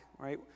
right